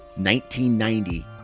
1990